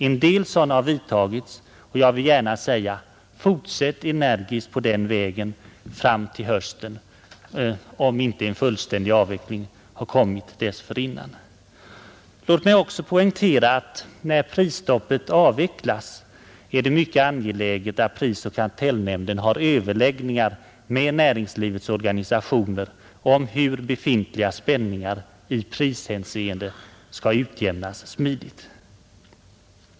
En del sådana har vidtagits, och jag vill gärna säga: Fortsätt energiskt på den vägen fram till hösten, om inte en fullständig avveckling av prisstoppet kommit dessförinnan! Låt mig också poängtera att när prisstoppet avvecklas är det mycket angeläget att prisoch kartellnämnden har överläggningar med näringslivets organisationer om hur befintliga spänningar i prishänseende skall utjämnas smidigt.